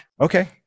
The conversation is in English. okay